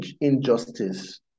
injustice